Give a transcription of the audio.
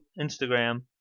instagram